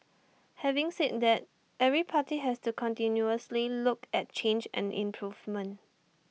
having said that every party has to continuously look at change and improvement